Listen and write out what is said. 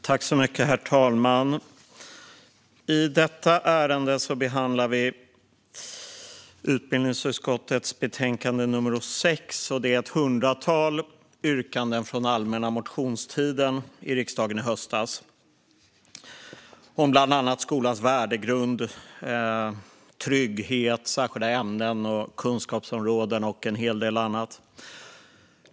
Herr talman! I detta ärende behandlar vi utbildningsutskottets betänkande 6, och där behandlas ett hundratal yrkanden från allmänna motionstiden i riksdagen i höstas om bland annat skolans värdegrund, trygghet, särskilda ämnen och kunskapsområden och en hel del annat.